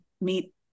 meet